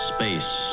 space